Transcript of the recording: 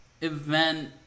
event